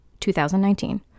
2019